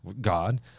God